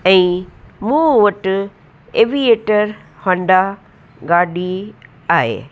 ऐं मूं वटि एवीएटर होण्डा गाॾी आहे